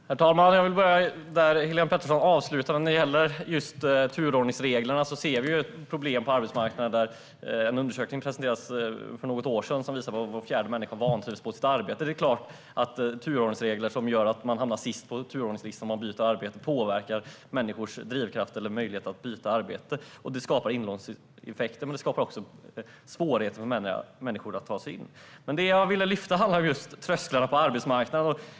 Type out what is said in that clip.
Herr talman! Jag vill börja där Helén Pettersson slutade. När det gäller turordningsreglerna ser vi ett problem på arbetsmarknaden. En undersökning presenterades för något år sedan som visade att var fjärde människa vantrivs på sitt arbete. Det är klart att turordningsregler som gör att man hamnar sist på turordningslistan om man byter arbete påverkar människors drivkraft eller möjlighet att byta arbete. Det skapar inlåsningseffekter, men det skapar också svårigheter för människor att ta sig in. Det jag ville lyfta fram handlade om trösklarna på arbetsmarknaden.